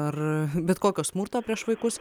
ar bet kokio smurto prieš vaikus